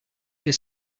they